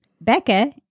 Becca